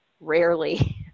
rarely